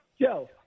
Joe